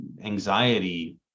anxiety